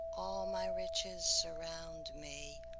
all my riches surround me.